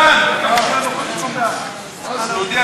בעד,